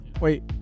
Wait